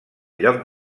lloc